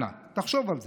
אנא, תחשוב על זה,